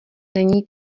není